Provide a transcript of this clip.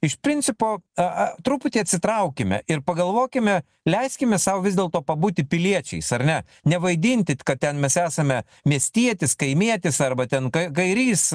iš principo a a truputį atsitraukime ir pagalvokime leiskime sau vis dėlto pabūti piliečiais ar ne nevaidinti kad ten mes esame miestietis kaimietis arba ten ka kairys